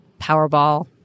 Powerball